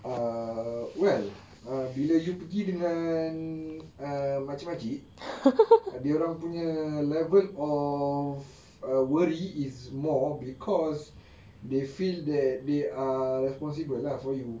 err well uh bila you pergi dengan um makcik-makcik ah dia orang punya level of err worry is more because they feel that they are responsible lah for you